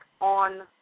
on